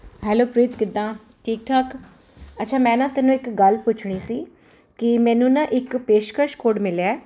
hello Preet ਕਿੱਦਾਂ ਠੀਕ ਠਾਕ ਅੱਛਾ ਮੈਂ ਨਾ ਤੈਨੂੰ ਇੱਕ ਗੱਲ ਪੁੱਛਣੀ ਸੀ ਕਿ ਮੈਨੂੰ ਨਾ ਇੱਕ ਪੇਸ਼ਕਸ਼ ਕੋਡ ਮਿਲਿਆ